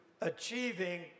achieving